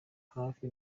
hafi